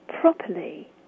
properly